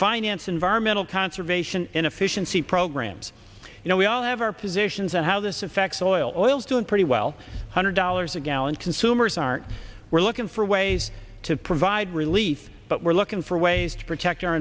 finance environmental conservation and efficiency programs you know we all have our positions on how this affects oil oil is doing pretty well hundred dollars a gallon consumers aren't we're looking for ways to provide relief but we're looking for ways to protect our